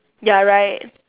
ya right